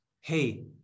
Hey